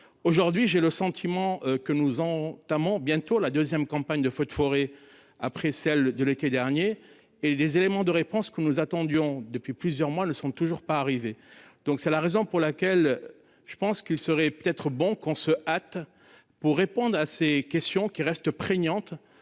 aujourd'hui j'ai le sentiment que nous entamons bientôt la 2ème campagne de feux de forêt après celle de l'été dernier et des éléments de réponse que nous attendions depuis plusieurs mois ne sont toujours pas arrivés. Donc c'est la raison pour laquelle je pense qu'il serait peut-être bon qu'on se hâte pour répondre à ces questions qui restent prégnante